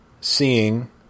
seeing